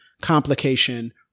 complication